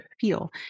feel